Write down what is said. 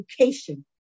education